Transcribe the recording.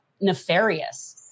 nefarious